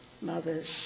mothers